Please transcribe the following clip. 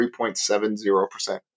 3.70%